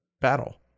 battle